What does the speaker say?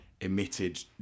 emitted